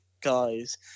guys